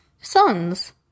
sons